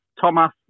Thomas